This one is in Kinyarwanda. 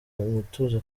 umutuzo